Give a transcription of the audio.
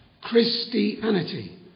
Christianity